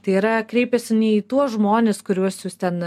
tai yra kreipiasi ne į tuos žmones kuriuos jūs ten